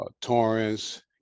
torrance